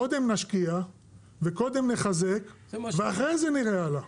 קודם נשקיע וקודם נחזק ואחרי זה נראה הלאה,